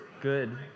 good